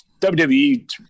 WWE